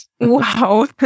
Wow